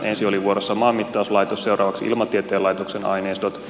ensin oli vuorossa maanmittauslaitos seuraavaksi ilmatieteen laitoksen aineistot